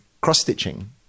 cross-stitching